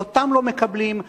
שאותם לא מקבלים,